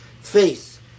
faith